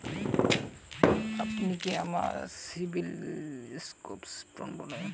আপনি কি আমাকে সিবিল স্কোর সম্পর্কে বলবেন?